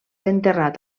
enterrat